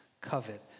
covet